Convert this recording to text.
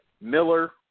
Miller